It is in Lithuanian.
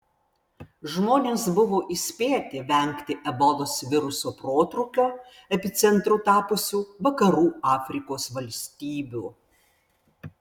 žmonės buvo įspėti vengti ebolos viruso protrūkio epicentru tapusių vakarų afrikos valstybių